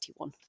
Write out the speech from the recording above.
2021